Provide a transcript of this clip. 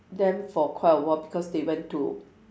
them for quite awhile because they went to